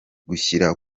gushyira